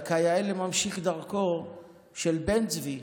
כיאה לממשיך דרכו של בן-צבי,